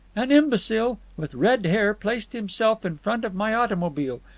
an imbecile with red hair placed himself in front of my automobile,